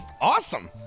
awesome